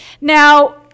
Now